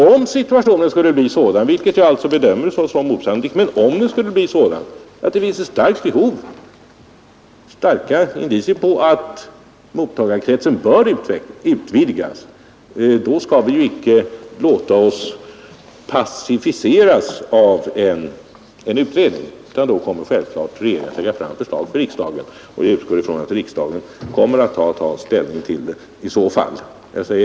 Om situationen skulle bli sådan — vilket jag alltså bedömer såsom osannolikt — att starka indicier talar för att mottagarkretsen bör utvidgas, skall vi naturligtvis icke förhålla oss passiva därför att det pågår en utredning, utan då kommer regeringen självklart att lägga fram ett förslag för riksdagen, och jag utgår ifrån att riksdagen i så fall kommer att ta ställning till ett sådant förslag.